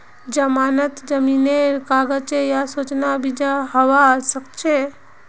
जमानतत जमीनेर कागज या सोना भी हबा सकछे